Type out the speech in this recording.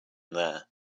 there